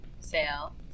sale